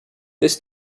this